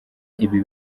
ibi